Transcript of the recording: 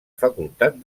facultat